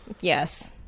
Yes